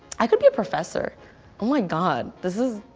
i could be professor, oh my god, this is,